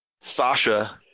Sasha